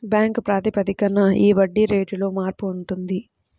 bank ప్రాతిపదికన ఈ వడ్డీ రేటులో మార్పు ఉంటుంది